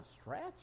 stretch